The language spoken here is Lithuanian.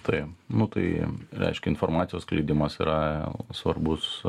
tai nu tai reiškia informacijos skleidimas yra svarbus